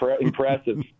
impressive